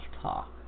talk